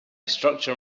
structure